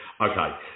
Okay